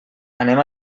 anem